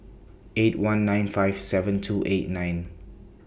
eight one nine five seven two eight nine